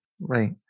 Right